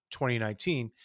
2019